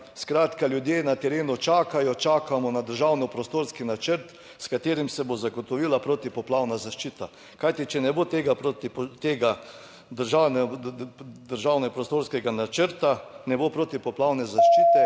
skratka, ljudje na terenu čakajo, čakamo na državni prostorski načrt s katerim se bo zagotovila protipoplavna zaščita, kajti če ne bo tega, tega državnega, državnega prostorskega načrta, ne bo protipoplavne zaščite